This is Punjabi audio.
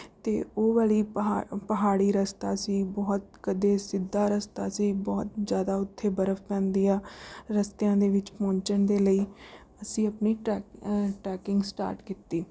ਅਤੇ ਉਹ ਵਾਲੀ ਪਹਾ ਪਹਾੜੀ ਰਸਤਾ ਸੀ ਬਹੁਤ ਕਦੇ ਸਿੱਧਾ ਰਸਤਾ ਸੀ ਬਹੁਤ ਜ਼ਿਆਦਾ ਉੱਥੇ ਬਰਫ਼ ਪੈਂਦੀ ਆ ਰਸਤਿਆਂ ਦੇ ਵਿੱਚ ਪਹੁੰਚਣ ਦੇ ਲਈ ਅਸੀਂ ਆਪਣੀ ਟਰੈ ਟਰੈਕਿੰਗ ਸਟਾਰਟ ਕੀਤੀ